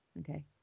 Okay